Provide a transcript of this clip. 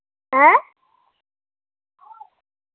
ऐं